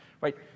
Right